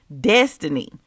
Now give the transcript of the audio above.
destiny